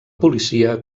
policia